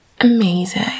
amazing